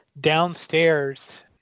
downstairs